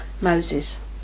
Moses